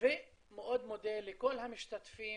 ומאוד מודה לכל המשתתפים,